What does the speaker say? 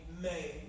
made